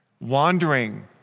wandering